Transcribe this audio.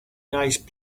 nice